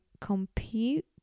compute